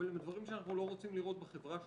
אבל הם דברים שאנחנו לא רוצים לראות בחברה שלנו.